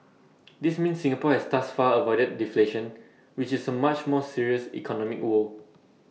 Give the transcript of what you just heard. this means Singapore has thus far avoided deflation which is A much more serious economic woe